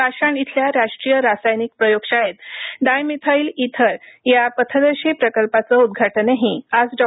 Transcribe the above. पाषाण इथल्या राष्ट्रीय रासायनिक प्रयोगशाळेत डाय मिथाईल ईथर या पथदर्शी प्रकल्पाचं उदघाटनही आज डॉ